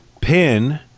pin